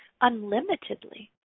unlimitedly